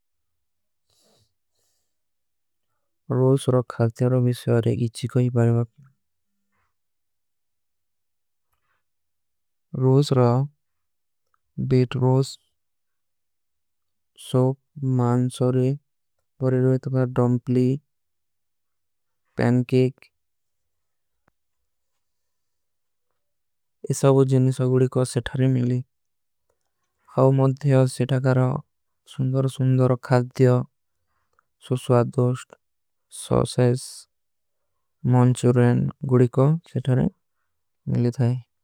ରୋସ ଔର ଖାଲ୍ତିଯାର ଵିଶ୍ଵାରେ ଇଚୀ କୋଈ ବାରେବା ରୋସ। ଔର ବେଟ ରୋସ ଔର ମାଂସ ଔର ପରେଡୋଈତ କା ଡଂପଲୀ। ପୈନ୍କେକ ଏସା ଵୋ ଜୀନିସ ଗୁଡୀ କୋ ସେଥାରେ ମିଲୀ ହାଵ। ମଦ୍ଧିଯାର ସିଟାକାରା ସୁନ୍ଦର ସୁନ୍ଦର ଖାଲ୍ତିଯାର ସୁସ୍ଵାଦୋଷ୍ଟ। ସୌସେଜ ମାଂଚୁରେଂ ଗୁଡୀ କୋ ସେଥାରେ ମିଲୀ ଥାଈ।